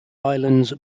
islands